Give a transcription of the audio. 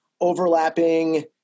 overlapping